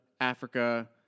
Africa